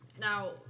now